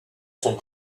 sont